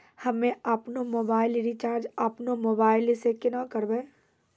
हम्मे आपनौ mobile recharge आपनौ मोबाइल से केना करवै?